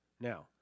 Now